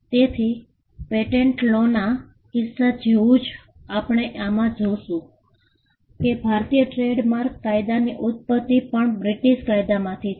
તેથી પેટેન્ટ લોના કિસ્સા જેવું જ આપણે આમાં જોશું કે ભારતીય ટ્રેડમાર્ક કાયદાની ઉત્પત્તિ પણ બ્રિટીશ કાયદામાંથી છે